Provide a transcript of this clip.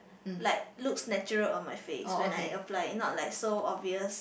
like looks natural on my face when I apply not like so obvious